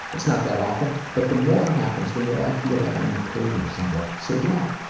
it's not that often, but the more it happens, the more i feel like i'm improving somewhat. so yeah,